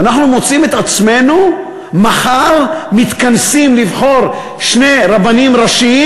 ואנחנו מוצאים את עצמנו מחר מתכנסים לבחור שני רבנים ראשיים,